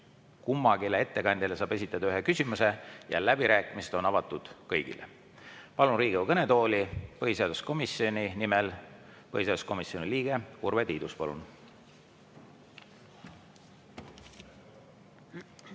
Kummalegi ettekandjale saab esitada ühe küsimuse. Ja läbirääkimised on avatud kõigile. Palun Riigikogu kõnetooli põhiseaduskomisjoni nimel põhiseaduskomisjoni liikme Urve Tiiduse. Palun!